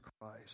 Christ